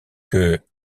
que